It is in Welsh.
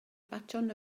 baton